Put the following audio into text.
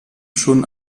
schon